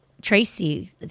Tracy